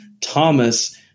Thomas